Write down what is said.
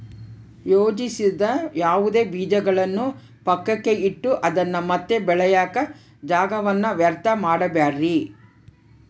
ಯೋಜಿಸದ ಯಾವುದೇ ಬೀಜಗಳನ್ನು ಪಕ್ಕಕ್ಕೆ ಇಟ್ಟು ಅದನ್ನ ಮತ್ತೆ ಬೆಳೆಯಾಕ ಜಾಗವನ್ನ ವ್ಯರ್ಥ ಮಾಡಬ್ಯಾಡ್ರಿ